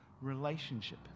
relationship